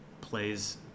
plays